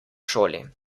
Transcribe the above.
šoli